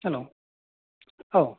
हेल' औ